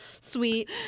Sweet